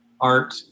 art